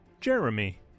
Jeremy